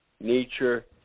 nature